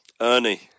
Ernie